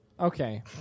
Okay